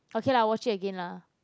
okay lah watch it again lah